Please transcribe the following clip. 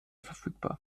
verfügbar